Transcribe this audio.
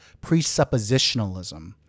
presuppositionalism